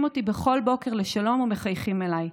אותי בכל בוקר לשלום ומחייכים אליי,